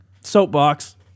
soapbox